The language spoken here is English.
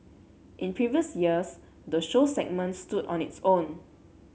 in previous years the show segment stood on its own